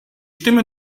stimme